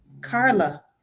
carla